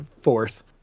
fourth